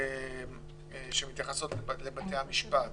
שמתייחסות לבתי המשפט,